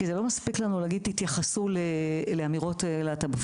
כי זה לא מספיק לנו להגיד תתייחסו לאמירות להט"בפוביוית,